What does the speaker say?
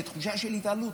בתחושה של התעלות,